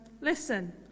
Listen